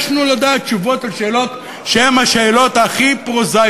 של סיעת מרצ,